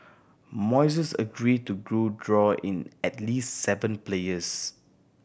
Moises agreed to grew draw in at least seven players